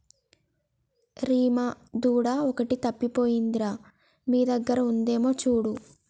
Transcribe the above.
రీమా దూడ ఒకటి తప్పిపోయింది రా మీ దగ్గర ఉందేమో చూడు